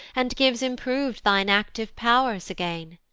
and gives improv'd thine active pow'rs again?